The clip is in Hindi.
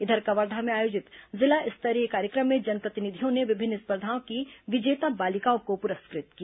इधर कवर्धा में आयोजित जिला स्तरीय कार्यक्रम में जनप्रतिनिधियों ने विभिन्न स्पर्धाओं की विजेता बालिकाओं को पुरस्कृत किया